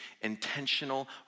intentional